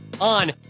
on